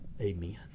Amen